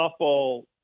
softball